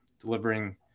delivering